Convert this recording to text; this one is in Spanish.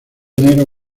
enero